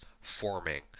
forming